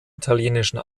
italienischen